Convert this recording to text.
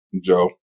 Joe